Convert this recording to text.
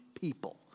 people